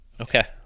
Okay